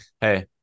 Hey